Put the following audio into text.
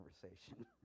conversation